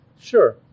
Sure